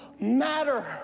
matter